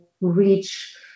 reach